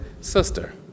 sister